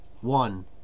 One